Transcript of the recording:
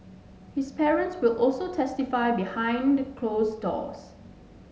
his parents will also testify behind closed doors